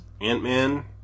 Ant-Man